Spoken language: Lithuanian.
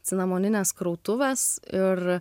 cinamoninės krautuvės ir